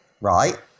right